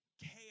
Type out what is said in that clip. chaos